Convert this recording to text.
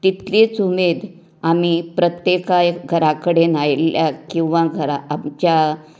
तितलीच उमेद आमी प्रत्येकाक घरांकडेन आयिल्ल्याक किंवां घरां आमच्या